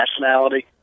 nationality